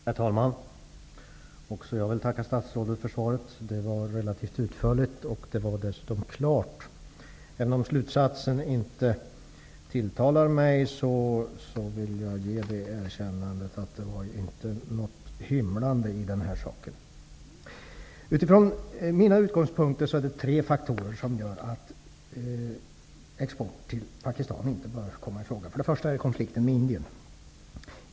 Herr talman! Även jag vill tacka statsrådet för svaret. Det var relativt utförligt och det var dessutom klart. Även om slutsatsen inte tilltalar mig vill jag ge det erkännandet att det inte var något hymlande i saken. Utifrån mina utgångspunkter är det tre faktorer som gör att export till Pakistan inte får komma i fråga. För det första är det konflikten med Indien.